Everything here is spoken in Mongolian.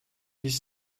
гэж